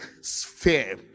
sphere